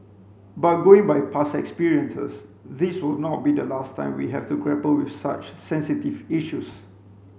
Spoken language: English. but going by past experiences this will not be the last time we have to grapple with such sensitive issues